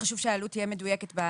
שהעלות תהיה מדויקת בנוסח.